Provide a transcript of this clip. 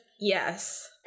Yes